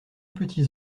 petits